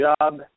job